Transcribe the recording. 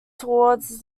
towards